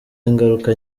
ingaruka